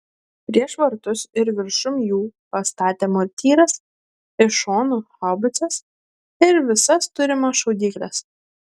prieš vartus ir viršum jų pastatė mortyras iš šonų haubicas ir visas turimas šaudykles